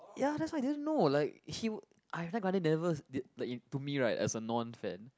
ya that's why I didn't know like he Ariana Grande never like in to me right as a non fan